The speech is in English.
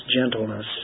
gentleness